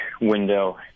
window